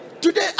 today